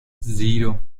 zero